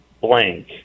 blank